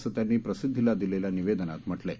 असं त्यांनी प्रसिद्वीली दिलेल्या निवेदनात म्हटलंय